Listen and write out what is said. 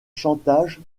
chantage